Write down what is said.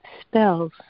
spells